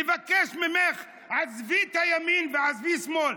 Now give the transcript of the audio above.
מבקש ממך: עזבי את הימין ועזבי את השמאל,